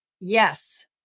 Yes